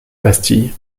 bastille